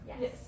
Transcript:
Yes